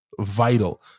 vital